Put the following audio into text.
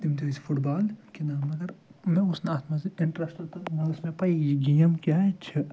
تِم تہِ ٲسۍ فُڈبال گِنٛدان مگر مےٚ اوس نہٕ اتھ منٛز اِنٹرسٹ تہٕ نَہ ٲس مےٚ پَیی یہِ گیم کیٛاہ چھِ